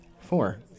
Four